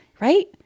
right